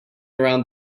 around